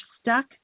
stuck